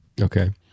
okay